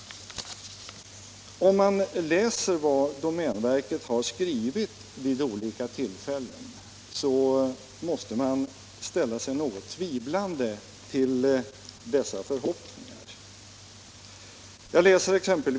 Om man läser vad domänverket har skrivit vid olika tillfällen måste man ställa sig något tvivlande till dessa förhoppningar.